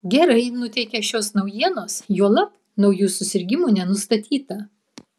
gerai nuteikia šios naujienos juolab naujų susirgimų nenustatyta